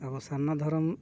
ᱟᱵᱚ ᱥᱟᱨᱱᱟ ᱫᱷᱚᱨᱚᱢ